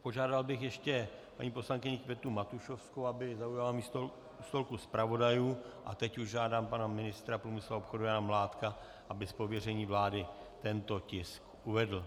Požádal bych ještě paní poslankyni Květu Matušovskou, aby zaujala místo u stolku zpravodajů, a teď už žádám pana ministra průmyslu a obchodu Jana Mládka, aby z pověření vlády tento tisk uvedl.